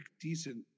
decent